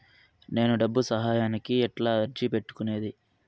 నేను డబ్బు సహాయానికి ఎట్లా అర్జీ పెట్టుకునేది?